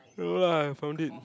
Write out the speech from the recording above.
no lah I found it